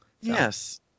Yes